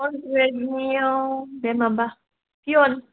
four ग्रेडनियाव बे माबा फिवन